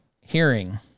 hearing